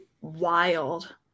wild